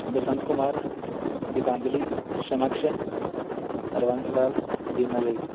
Basant Kumar Geetanjali Sonaksh Harbans Lal Beena Devi